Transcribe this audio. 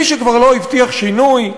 מי שכבר לא הבטיח שינוי,